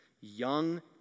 Young